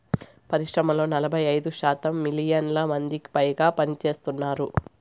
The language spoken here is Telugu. పరిశ్రమల్లో నలభై ఐదు శాతం మిలియన్ల మందికిపైగా పనిచేస్తున్నారు